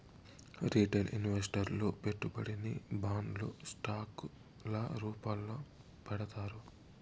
retail ఇన్వెస్టర్లు పెట్టుబడిని బాండ్లు స్టాక్ ల రూపాల్లో పెడతారు